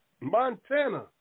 Montana